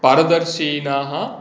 पारदर्शिनाः